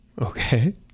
Okay